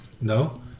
No